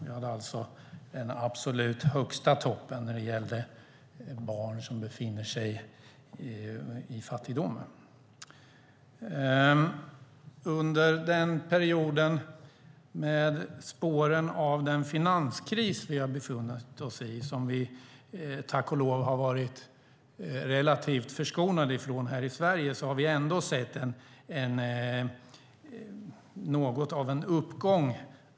Vi hade alltså då en absolut högsta topp när det gällde barn som befinner sig i fattigdom. I spåren av den finanskris vi har befunnit oss i, som vi tack och lov har varit relativt förskonade från i Sverige, har vi ändå sett något av en uppgång.